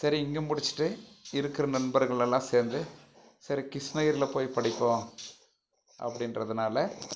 சரி இங்கே முடிச்சுட்டு இருக்கிற நண்பர்கள் எல்லாம் சேர்ந்து சரி கிருஷ்ணகிரியில் போய் படிப்போம் அப்படின்றதுனால